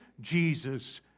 Jesus